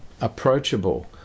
approachable